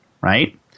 right